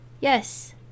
Yes